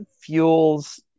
fuels